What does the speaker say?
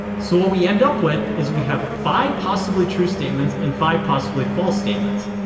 so what we end up with is we have five possibly true statements and five possibly false statements.